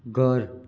ઘર